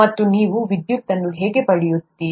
ಮತ್ತು ನೀವು ವಿದ್ಯುತ್ ಅನ್ನು ಹೇಗೆ ಪಡೆಯುತ್ತೀರಿ